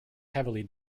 heavily